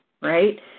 right